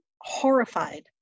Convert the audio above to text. horrified